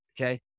okay